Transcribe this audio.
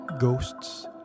Ghosts